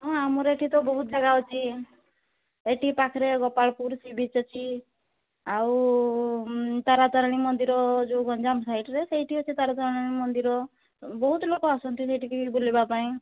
ହଁ ଆମର ଏଠି ତ ବହୁତ ଜାଗା ଅଛି ଏଠି ପାଖରେ ଗୋପାଳପୁର ସି ବିଚ୍ ଅଛି ଆଉ ତାରାତାରିଣୀ ମନ୍ଦିର ଯେଉଁ ଗଞ୍ଜାମ ସାଇଟ୍ରେ ସେଇଠି ଅଛି ତାରାତାରିଣୀ ମନ୍ଦିର ବହୁତ ଲୋକ ଆସନ୍ତି ସେଠିକି ବୁଲିବାପାଇଁ